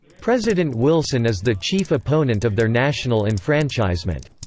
president wilson is the chief opponent of their national enfranchisement.